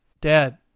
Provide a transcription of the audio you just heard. Dad